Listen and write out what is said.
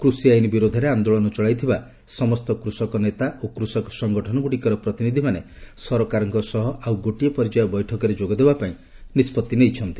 କୃଷି ଆଇନ ବିରୋଧରେ ଆନ୍ଦୋଳନ ଚଳାଇଥିବା ସମସ୍ତ କୃଷକ ନେତା ଓ କୃଷକ ସଙ୍ଗଠନଗୁଡ଼ିକର ପ୍ରତିନିଧିମାନେ ସରକାରଙ୍କ ସହ ଆଉ ଗୋଟିଏ ପର୍ଯ୍ୟାୟ ବୈଠକରେ ଯୋଗଦେବାପାଇଁ ନିଷ୍କଭି ନେଇଛନ୍ତି